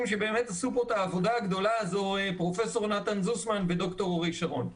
שבאמת עשו פה אתה העבודה הגדולה הזו: פרופ' נתן זוסמן וד"ר אורי שרון.